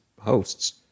hosts